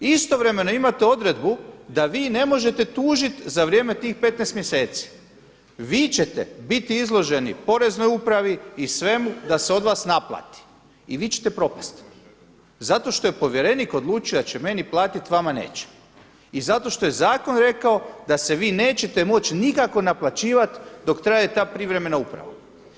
Istovremeno imate odredbu da vi ne možete tužiti za vrijeme tih 15 mjeseci, vi ćete biti izloženi poreznoj upravi i svemu da se od vas naplati i vi ćete propasti zato što je povjerenik odlučio da će meni platiti, vama neće i zato što je zakon rekao da se vi nećete moć nikako naplaćivati dok traje ta privremena uprava.